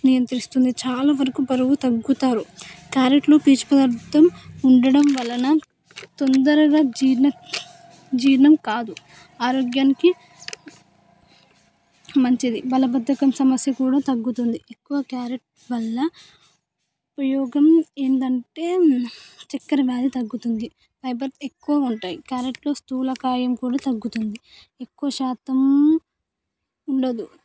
నియంత్రిస్తుంది చాలా వరకు బరువు తగ్గుతారు క్యారెట్లో పీచు పదార్థం ఉండడం వలన తొందరగా జీర్ణ జీర్ణం కాదు ఆరోగ్యానికి మంచిది బలబద్ధకం సమస్య కూడా తగ్గుతుంది ఎక్కువ క్యారెట్ వల్ల ఉపయోగం ఏంటంటే చక్కెర వ్యాధి తగ్గుతుంది ఫైబర్ ఎక్కువ ఉంటాయి క్యారెట్తో స్థూలకాయం కూడా తగ్గుతుంది ఎక్కువ శాతం ఉండదు